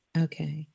okay